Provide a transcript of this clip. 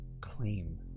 claim